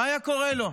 מה היה קורה לו?